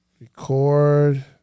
Record